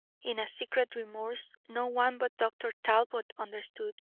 in a secret remorse no one but dr. talbot understood.